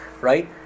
right